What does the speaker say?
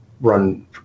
run